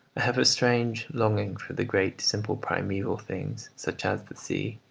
have a strange longing for the great simple primeval things, such as the sea,